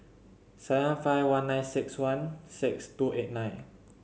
seven five one nine six one six two eight nine